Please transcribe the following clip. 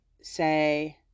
say